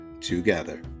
together